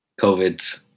COVID